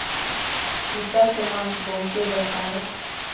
कुता के मांस बहुते बासाला